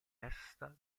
resta